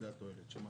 כשיצאו משליטת הבנקים?